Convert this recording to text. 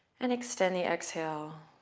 and extend the exhale.